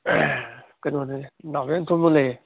ꯀꯩꯅꯣꯅꯦ ꯅꯥꯎꯔꯦꯝꯊꯣꯡꯗ ꯂꯩꯌꯦ